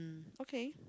okay